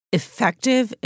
effective